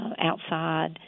outside